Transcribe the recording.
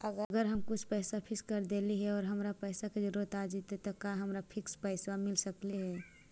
अगर हम कुछ पैसा फिक्स कर देली हे और हमरा पैसा के जरुरत आ जितै त का हमरा फिक्स पैसबा मिल सकले हे?